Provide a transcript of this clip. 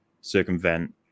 circumvent